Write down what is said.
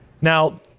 now